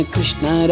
Krishna